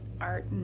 art